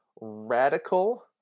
radical –